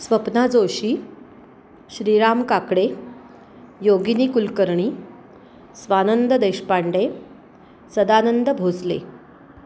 Swapna Joshi Shriram Kakade Yogini Kulkarni Swanand Deshpande Sadanand Bhosale